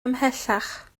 ymhellach